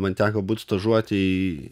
man teko būti stažuotėj